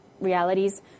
realities